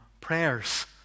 prayers